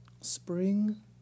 Spring